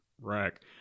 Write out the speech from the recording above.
rack